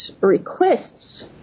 requests